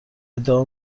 ادعا